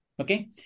Okay